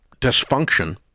dysfunction